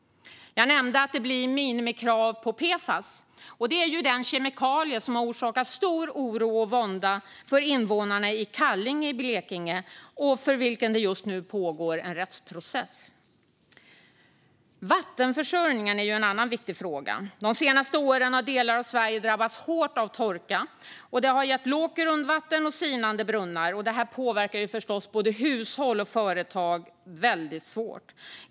Jag nämnde att det blir minimikrav på PFAS. Det är ju den kemikalie som har orsakat stor oro och vånda för invånarna i Kallinge i Blekinge och om vilken det just nu pågår en rättsprocess. Vattenförsörjningen är en annan viktig fråga. De senaste åren har delar av Sverige drabbats hårt av torka, vilket har gett lågt grundvatten och sinande brunnar. Detta påverkar förstås både hushåll och företag väldigt svårt.